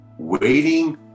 waiting